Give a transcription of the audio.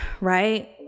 right